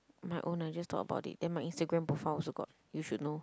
my own lah just thought about it then my Instagram profile also got you should know